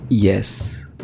Yes